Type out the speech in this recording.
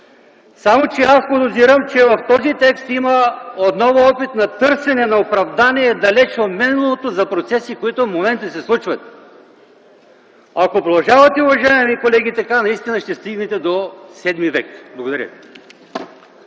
се. Аз подозирам, че в този текст има отново опит за търсене на оправдание далеч в миналото за процеси, които в момента се случват. Ако продължавате така, уважаеми колеги, наистина ще стигнете до седми век. Благодаря.